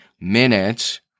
minutes